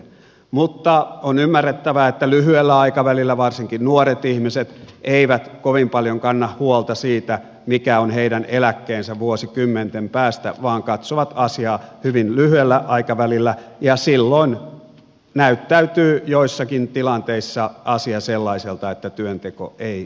mutta on ymmärrettävää että lyhyellä aikavälillä varsinkaan nuoret ihmiset eivät kovin paljon kanna huolta siitä mikä on heidän eläkkeensä vuosikymmenten päästä vaan katsovat asiaa hyvin lyhyellä aikavälillä ja silloin näyttäytyy joissakin tilanteissa asia sellaiselta että työnteko ei kannata